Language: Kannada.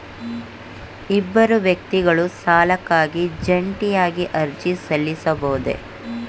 ಇಬ್ಬರು ವ್ಯಕ್ತಿಗಳು ಸಾಲಕ್ಕಾಗಿ ಜಂಟಿಯಾಗಿ ಅರ್ಜಿ ಸಲ್ಲಿಸಬಹುದೇ?